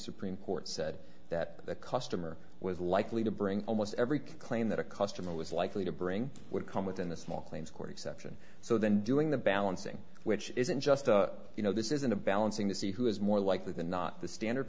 supreme court said that the customer was likely to bring almost every claim that a customer was likely to bring would come within the small claims court exception so than doing the balancing which isn't just a you know this isn't a balancing to see who is more likely than not the standard